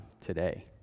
today